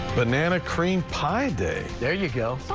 banana cream pie day. yeah you know